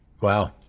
Wow